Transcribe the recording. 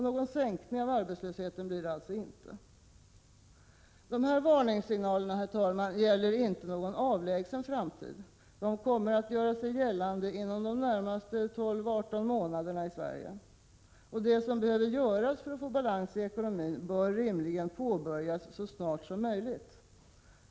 Någon sänkning av arbetslösheten blir det alltså inte. Herr talman! Varningssignalerna gäller inte någon avlägsen framtid. De här problemen kommer att göra sig gällande inom de närmaste 12-18 månaderna i Sverige. Det som behöver göras för att få balans i ekonomin bör rimligen påbörjas så snart som möjligt.